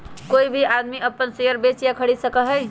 कोई भी आदमी अपन शेयर बेच या खरीद सका हई